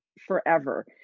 forever